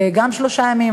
גם שלושה ימים,